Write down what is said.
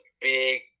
big